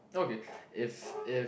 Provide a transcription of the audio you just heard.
okay if if